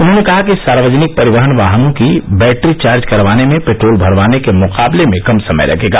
उन्होंने कहा कि सार्वजनिक परिवहन वाहनों की बैटरी चार्ज करवाने में पेट्रोल भरवाने के मुकाबले में कम समय लगेगा